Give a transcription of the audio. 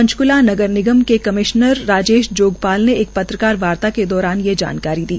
पंचकूला नगर निगम के कमिश्नर राजेश जोगपाल ने एक पत्रकारवार्ता के दौरान यह जानकारी दी